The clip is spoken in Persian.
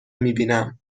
میبینم